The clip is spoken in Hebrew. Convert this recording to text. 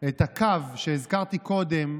את הקו שהזכרתי קודם.